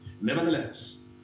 Nevertheless